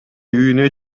үйүнө